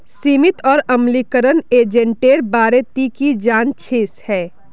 सीमित और अम्लीकरण एजेंटेर बारे ती की जानछीस हैय